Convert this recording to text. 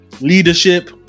leadership